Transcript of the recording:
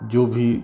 जो भी